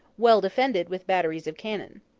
well defended with batteries of cannon.